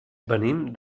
venim